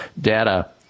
data